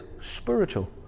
spiritual